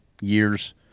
years